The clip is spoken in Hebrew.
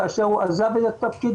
כאשר עזב את התפקיד,